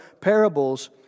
parables